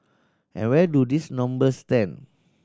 and where do these numbers stand